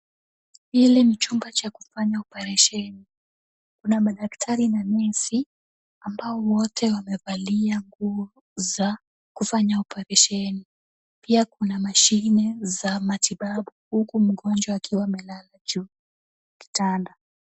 Hili ni chumba cha kufanya oparesheni, kuna madaktari na nesi ambao wote wamevalia nguo za kufanya oparesheni. Pia kuna mashine za matibabu huku mgonjwa akiwa amelala juu kwa kitanda.